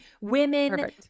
Women